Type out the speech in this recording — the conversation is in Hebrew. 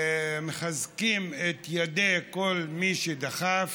ומחזקים את ידי כל מי שדחף